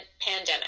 pandemic